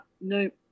nope